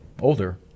older